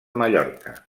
mallorca